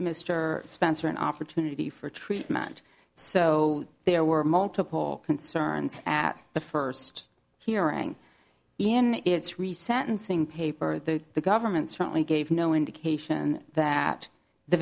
mr spencer an opportunity for treatment so there were multiple concerns at the first hearing in its re sentencing paper that the government certainly gave no indication that the